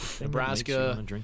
Nebraska